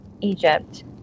Egypt